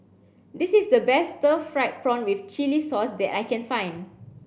this is the best stir fried prawn with chili sauce that I can find